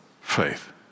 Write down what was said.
faith